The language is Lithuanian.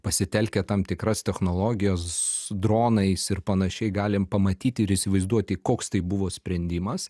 pasitelkę tam tikras technologijas dronais ir panašiai galim pamatyti ir įsivaizduoti koks tai buvo sprendimas